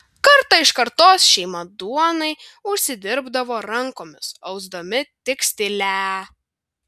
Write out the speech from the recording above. karta iš kartos šeima duonai užsidirbdavo rankomis ausdami tekstilę